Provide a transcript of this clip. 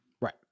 Right